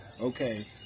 Okay